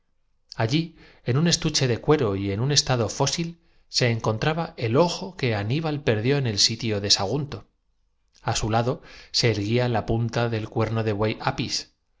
cuero en un estuche de y en estado fósil tranjeras con que enriquecer su gabinete de física y encontraba el se ojo que aníbal perdió en el sitio de sagunto á mineralogía tan pródigo para sus estudios como su lado se erguía la punta del cuerno del buey apis